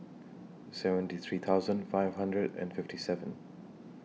seventy three thousand five hundred and fifty seven